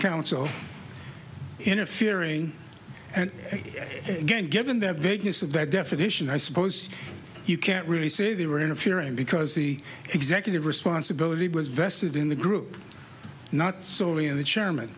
council interfering and again given their vagueness of that definition i suppose you can't really say they were interfering because the executive responsibility was vested in the group not solely of the